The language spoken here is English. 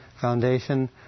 Foundation